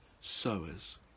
sowers